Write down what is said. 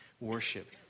worship